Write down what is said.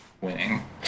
winning